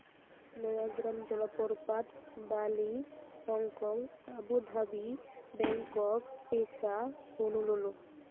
ᱱᱚᱭᱟᱜᱨᱟᱢ ᱡᱚᱞᱚᱯᱨᱚᱯᱟᱛ ᱵᱟᱹᱞᱤ ᱦᱚᱝᱠᱚᱝ ᱟᱵᱩᱫᱷᱟᱵᱤ ᱵᱮᱝᱠᱚᱠ ᱯᱤᱥᱟ ᱦᱩᱞᱩᱞᱩ